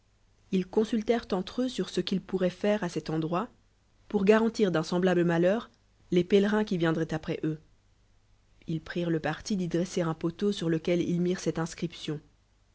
ils consultèrent entr'eux sui ce qu'ils pourroient faire à cet en droit pour garantir d'un semblable malheur les pélerins qui viendroien apr s eux ils prirent le parti d'j dresser un poleau sur lequel ils mi rent cette inscription